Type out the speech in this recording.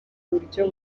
buryo